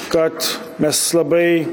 kad mes labai